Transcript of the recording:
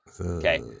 Okay